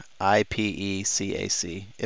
I-P-E-C-A-C